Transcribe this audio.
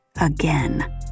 again